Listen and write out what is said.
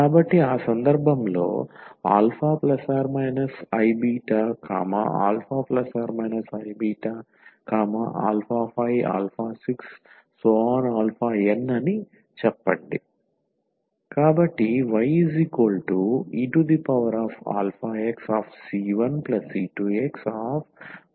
కాబట్టి ఆ సందర్భంలో మూలాలు α±iβα±iβ56n అని చెప్పండి